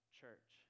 church